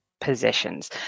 possessions